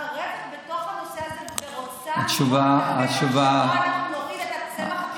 מתערבת בנושא הזה ורוצה לראות את הפתח שבו אנחנו נותנים את הצמח,